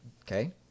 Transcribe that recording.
Okay